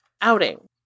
outing